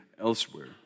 elsewhere